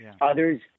Others